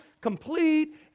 complete